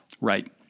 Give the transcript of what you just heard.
Right